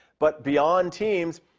but beyond teams,